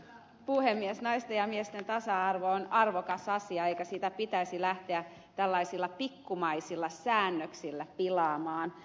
naisten ja miesten tasa arvo on arvokas asia eikä sitä pitäisi lähteä tällaisilla pikkumaisilla säännöksillä pilaamaan